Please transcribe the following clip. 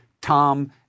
Tom